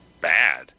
bad